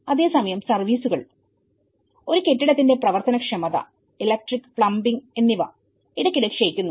അതേസമയം സർവീസുകൾഒരു കെട്ടിടത്തിന്റെ പ്രവർത്തന ക്ഷമത ഇലക്ട്രിക് പ്ലമ്പിങ് എന്നിവ ഇടയ്ക്കിടെ ക്ഷയിക്കുന്നു